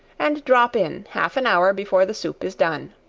and drop in half an hour before the soup is done.